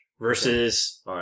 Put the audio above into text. versus